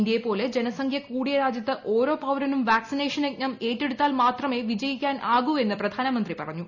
ഇന്ത്യയെ പോലെ ജനസംഖ്യ കൂടിയ രാജ്യത്ത് ഓരോ പൌരനും വാക്സിനേഷൻ യജ്ഞം ഏറ്റെടുത്താൽ മാത്രമെ വിജയിക്കാൻ ആകൂവെന്ന് പ്രധാനമന്ത്രി പറഞ്ഞു